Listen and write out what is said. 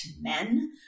men